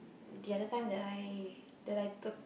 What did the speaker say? the other time that I that I took